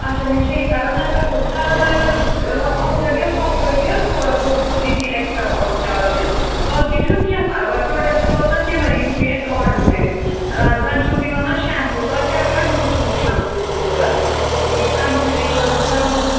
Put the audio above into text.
اَچھا مےٚ چھےٚ یہِ کَرَن نَگر سوزُن کرن نگرٕ اَتھ لَگو ہَتھ رۄپیہِ حظ تھوڑا بہت دِی دِی اٮ۪کٕسٹرا پَہَم چارجِز باقٕے چھُنہٕ کیٚنٛہہ پَرواے پرٛوڈَکٹہٕ واتان تِمے یِم تُہۍ اَسہِ آرڈَر کٔرِو زَن چھُو تُہۍ وَنان شٮ۪مپوٗ تۄہہِ کیٚاہ کَمہِ قٕسمُک شَمپوٗ چھُ ضروٗرت کُس سَن سِلِک سَن